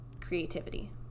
creativity